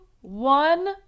one